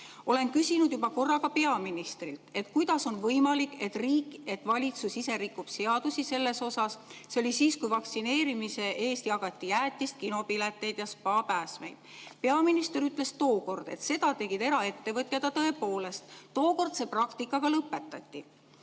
Olen küsinud juba korra ka peaministrilt, et kuidas on võimalik, et riik, valitsus ise rikub seadusi. See oli siis, kui vaktsineerimise eest jagati jäätist, kinopileteid ja spaapääsmeid. Peaminister ütles tookord, et seda tegid eraettevõtjad. Ja tõepoolest, tookord see praktika lõpetati.